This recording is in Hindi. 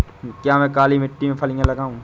क्या मैं काली मिट्टी में फलियां लगाऊँ?